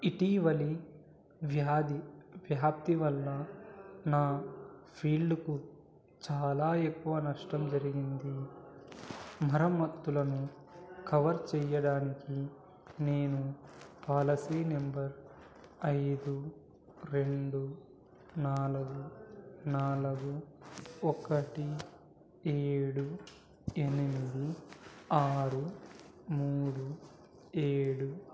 ఇటీవలి వ్యాధి వ్యాప్తి వల్ల నా ఫీల్డ్కు చాలా ఎక్కువ నష్టం జరిగింది మరమత్తులను కవర్ చెయ్యడానికి నేను పాలసీ నంబర్ ఐదు రెండు నాలుగు నాలుగు ఒకటి ఏడు ఎనిమిది ఆరు మూడు ఏడు